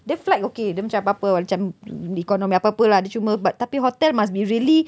then flight okay dia macam apa-apa macam economy apa-apa lah dia cuma but tapi hotel must be really